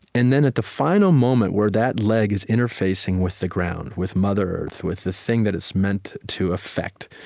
and then at the final moment where that leg is interfacing with the ground, with mother earth, with the thing that it's meant to affect,